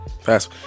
Fast